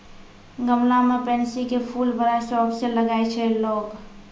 गमला मॅ पैन्सी के फूल बड़ा शौक स लगाय छै लोगॅ